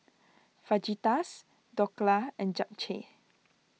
Fajitas Dhokla and Japchae